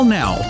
now